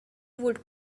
would